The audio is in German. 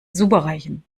superreichen